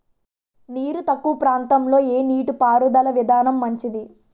నీరు తక్కువ ప్రాంతంలో ఏ నీటిపారుదల విధానం మంచిది?